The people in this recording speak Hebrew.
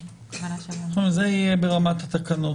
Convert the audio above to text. זה יהיה ברמת התקנות.